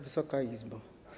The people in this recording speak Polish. Wysoka Izbo!